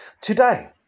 today